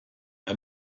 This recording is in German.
bei